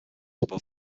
above